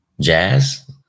jazz